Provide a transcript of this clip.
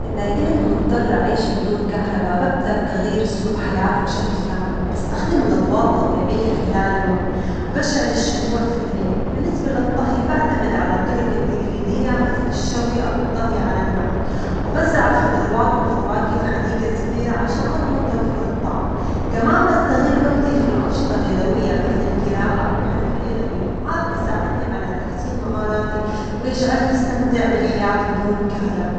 إذا كنت مضطرة أعيش بدون كهرباء ببدأ بتغيير أسلوب حياتي بشكل كامل، بستخدم الأضواء الطبيعية خلال اليوم، وبشعل الشموع في الليل، بالنسبة للطهي بعتمد على الطرج التجليدية مثل الشوي أو الطهي على النار، وبزرع الخضروات والفواكه في حديجة صغيرة عشان أضمن توفر الطعام، كمان بستغل وجتي في الأنشطة اليدوية مثل الجراءة والحرف اليدوية، هذا بيساعدني على تحسين مهاراتي ويجعلني أستمتع بالحياة بدون كهرباء.